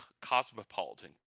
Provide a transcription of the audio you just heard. cosmopolitan